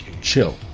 Chill